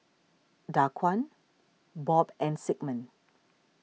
Daquan Bob and Sigmund